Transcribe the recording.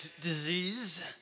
disease